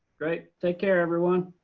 great, take care everyone!